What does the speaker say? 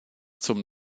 zum